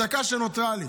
בדקה שנותרה לי